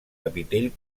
capitell